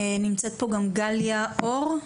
נמצאת פה גם גליה אור,